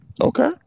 Okay